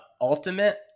ultimate